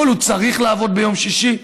אבל הוא צריך לעבוד ביום שישי.